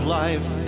life